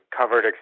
covered